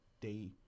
they-